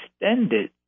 extended